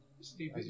Steve